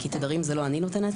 כי תדרים זה לא אני נותנת,